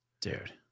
dude